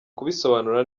kubisobanura